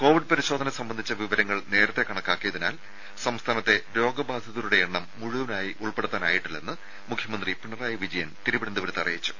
Covid പരിശോധന സംബന്ധിച്ച വിവരങ്ങൾ നേരത്തെ കണക്കാക്കിയതിനാൽ സംസ്ഥാനത്തെ രോഗബാധിതരുടെ എണ്ണം മുഴുവനായി ഉൾപ്പെടുത്താനായിട്ടില്ലെന്ന് മുഖ്യമന്ത്രി പിണറായി വിജയൻ തിരുവനന്തപുരത്ത് അറിയിച്ചു